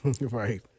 right